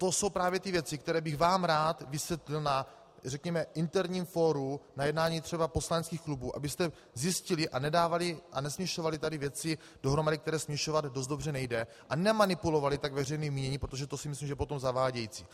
To jsou právě ty věci, které bych vám rád vysvětlil na, řekněme, interním fóru, na jednání poslaneckých klubů, abyste zjistili a nedávali a nesměšovali tady věci dohromady, které směšovat dost dobře nejde, a nemanipulovali tak veřejným míněním, protože si myslím, že to je potom zavádějící.